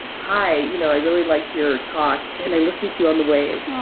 hi. you know, i really liked your talk and i listen to you on the waves.